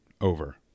over